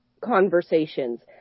conversations